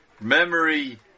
memory